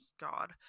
god